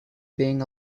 being